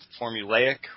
formulaic